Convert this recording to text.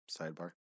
Sidebar